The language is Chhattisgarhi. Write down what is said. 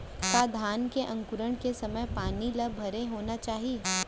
का धान के अंकुरण के समय पानी ल भरे होना चाही?